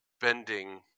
bending